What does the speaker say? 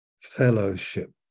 Fellowship